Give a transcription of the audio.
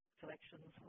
collections